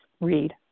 read